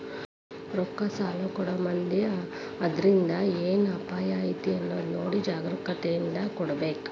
ರೊಕ್ಕಾ ಸಲಾ ಕೊಡೊಮುಂದ್ ಅದ್ರಿಂದ್ ಏನ್ ಅಪಾಯಾ ಐತಿ ಅನ್ನೊದ್ ನೊಡಿ ಜಾಗ್ರೂಕತೇಂದಾ ಕೊಡ್ಬೇಕ್